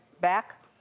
back